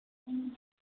ꯎꯝ